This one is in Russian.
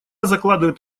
закладывает